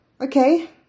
Okay